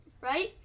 right